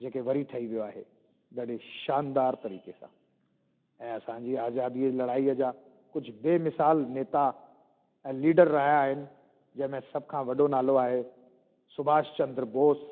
जेके वरी ठही वियो आहे वॾे शानदार तरीक़े सां ऐं असांजी आज़ादीअ जी लड़ाईअ जा कुझु बेमिसाल नेता ऐं लीडर रहिया आहिनि जंहिं में सभ खां वॾो नालो आहे सुभाष चंद्र बोस